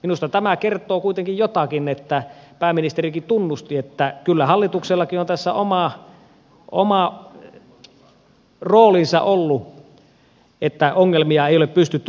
minusta tämä kertoo kuitenkin jotakin kun pääministerikin tunnusti että kyllä hallituksellakin on tässä oma roolinsa ollut että ongelmia ei ole pystytty ratkomaan